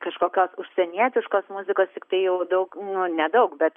kažkokios užsienietiškos muzikos tiktai jau daug nu nedaug bet